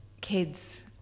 kids